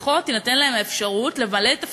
לפחות תינתן להם האפשרות למלא את תפקידם,